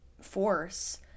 force